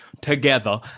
together